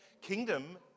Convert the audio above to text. Kingdom